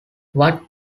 what